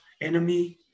enemy